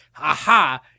Aha